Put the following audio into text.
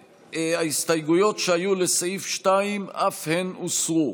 וההסתייגויות שהיו לסעיף 2 אף הן הוסרו.